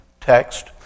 text